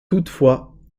toutefois